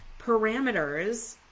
parameters